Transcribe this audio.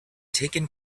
taken